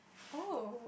oh